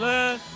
Let